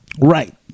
Right